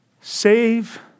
save